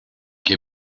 que